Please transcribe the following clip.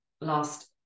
last